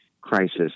crisis